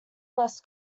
less